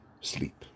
sleep